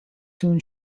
soon